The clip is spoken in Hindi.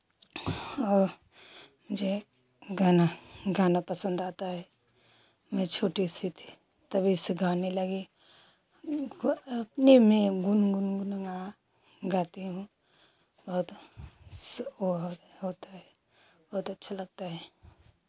और मुझे गाना गाना पसंद आता है मैं छोटी सी थी तभी से गाने लगी हमको अपने में गुनगुन गुनगुना गाती हूँ बहुत बहुत होता है बहुत अच्छा लगता है